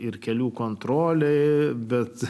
ir kelių kontrolė bet